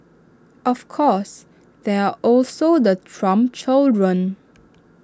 of course there also the Trump children